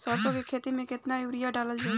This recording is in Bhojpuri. सरसों के खेती में केतना यूरिया डालल जाई?